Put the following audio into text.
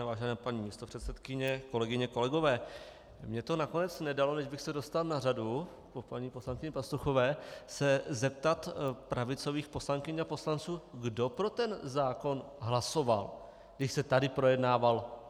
Vážená paní místopředsedkyně, kolegyně, kolegové, mně to nakonec nedalo, než bych se dostal na řadu po paní poslankyni Pastuchové, se zeptat pravicových poslankyň a poslanců, kdo pro ten zákon hlasoval, když se tady loni projednával.